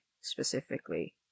specifically